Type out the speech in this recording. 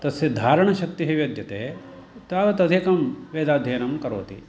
तस्य धारणशक्ति विद्यते अतः तदेकं वेदाध्ययनं करोति